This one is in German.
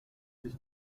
sich